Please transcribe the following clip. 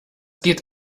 geht